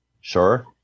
Sure